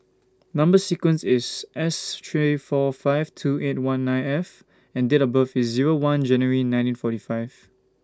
Number sequence IS S three four five two eight one nine F and Date of birth IS Zero one January nineteen forty five